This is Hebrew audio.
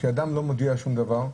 כשאדם לא מודיע שום דבר,